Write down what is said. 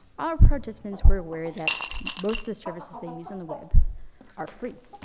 our participants were aware that most of the services they use on the web are free,